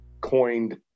coined